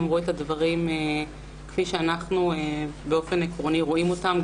הציגו כפי שאנחנו באופן עקרוני רואים אותם.